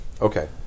Okay